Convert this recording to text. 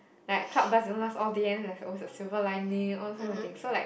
like a cloud burst doesn't last all day and then like silver lining all these sorts of things so like